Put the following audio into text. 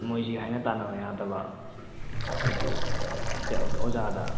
ꯃꯣꯏꯁꯤ ꯍꯥꯏꯅ ꯇꯥꯅꯕ ꯌꯥꯗꯕ ꯑꯗꯩꯗꯤ ꯑꯦ ꯀꯩꯅꯣ ꯑꯣꯖꯥꯗ